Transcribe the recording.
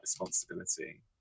responsibility